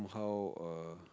how err